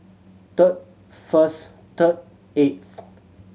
third first third eighth